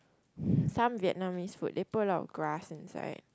some Vietnamese food they put a lot of grass inside